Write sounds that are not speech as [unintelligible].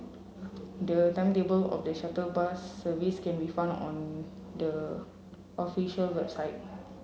the timetable of the shuttle [unintelligible] service can be found on the official website